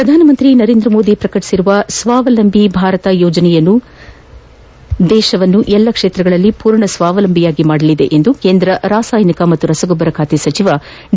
ಪ್ರಧಾನಮಂತ್ರಿ ನರೇಂದ್ರ ಮೋದಿ ಪ್ರಕಟಿಸಿರುವ ಸ್ವಾವಲಂಬಿ ಭಾರತ ಯೋಜನೆ ದೇಶವನ್ನು ಎಲ್ಲಾ ಕ್ಷೇತ್ರಗಳಲ್ಲಿ ಸಂಪೂರ್ಣ ಸ್ವಾವಲಂಬಿಯನ್ನಾಗಿ ಮಾಡಲಿದೆ ಎಂದು ಕೇಂದ್ರ ರಾಸಾಯನಿಕ ಮತ್ತು ರಸಗೊಬ್ಬರ ಖಾತೆ ಸಚಿವ ಡಿ